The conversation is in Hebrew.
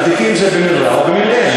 תבדקי אם זה במלרע או במלעיל,